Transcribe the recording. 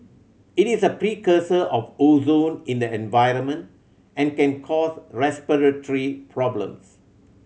it is a precursor of ozone in the environment and can cause respiratory problems